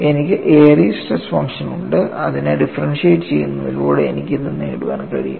എനിക്ക് Airy's stress function ഉണ്ട് അതിനെ ഡിഫറെൻഷ്യറ്റ് ചെയ്യുന്നതിലൂടെ എനിക്ക് ഇത് നേടാൻ കഴിയും